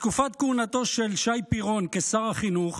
בתקופת כהונתו של שי פירון כשר החינוך